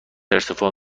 ارتفاع